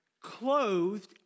clothed